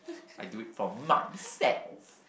I do it for myself